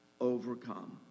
overcome